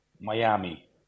Miami